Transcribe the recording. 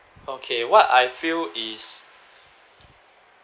okay what I feel is